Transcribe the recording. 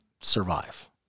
survive